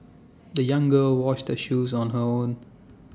the young girl washed her shoes on her own